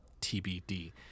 TBD